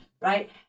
right